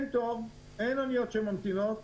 אין אוניות שממתינות.